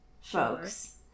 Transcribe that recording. folks